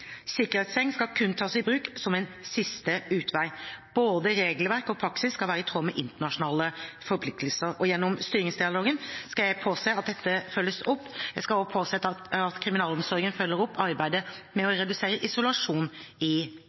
Sikkerhetsseng skal kun tas i bruk som en siste utvei. Både regelverk og praksis skal være i tråd med internasjonale forpliktelser. Gjennom styringsdialogen vil jeg påse at dette følges opp. Jeg vil også påse at kriminalomsorgen følger opp arbeidet med å redusere isolasjon i